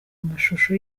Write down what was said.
amashusho